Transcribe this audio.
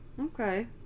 okay